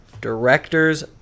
directors